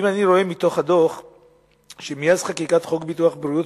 אם אני רואה בדוח שמאז חקיקת חוק ביטוח בריאות